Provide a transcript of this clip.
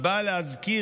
היא באה להזכיר,